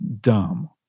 dumb